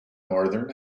northern